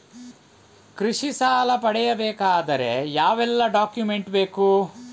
ಕೃಷಿ ಸಾಲ ಪಡೆಯಬೇಕಾದರೆ ಯಾವೆಲ್ಲ ಡಾಕ್ಯುಮೆಂಟ್ ಬೇಕು?